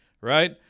right